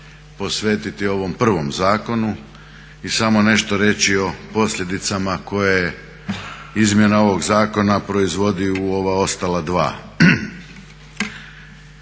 posvetiti ovom prvom zakonu i samo nešto reći o posljedicama koje izmjene ovog zakona proizvodi u ova ostala dva.